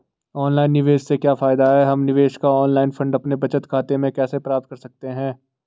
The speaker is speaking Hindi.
ऑनलाइन निवेश से क्या फायदा है हम निवेश का ऑनलाइन फंड अपने बचत खाते में कैसे प्राप्त कर सकते हैं?